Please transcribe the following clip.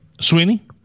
Sweeney